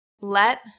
let